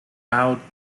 out